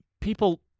people